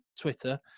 Twitter